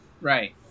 Right